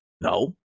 no